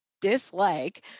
dislike